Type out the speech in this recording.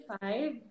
five